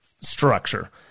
structure